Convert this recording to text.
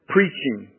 Preaching